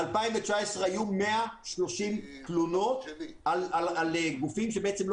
ב-2019 היו 130 תלונות על גופים שלא